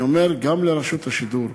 אני אומר גם לרשות השידור,